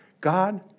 God